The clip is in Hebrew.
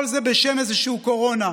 וכל זה בשם איזושהי קורונה.